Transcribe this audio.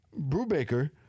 Brubaker